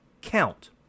count